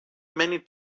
many